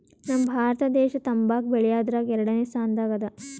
ನಮ್ ಭಾರತ ದೇಶ್ ತಂಬಾಕ್ ಬೆಳ್ಯಾದ್ರಗ್ ಎರಡನೇ ಸ್ತಾನದಾಗ್ ಅದಾ